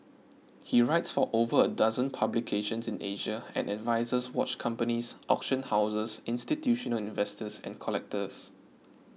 he writes for over a dozen publications in Asia and advises watch companies auction houses institutional investors and collectors